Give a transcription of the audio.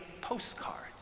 postcards